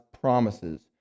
promises